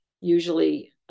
usually